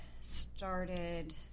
started